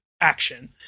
action